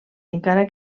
encara